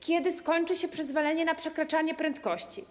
Kiedy skończy się przyzwolenie na przekraczanie prędkości?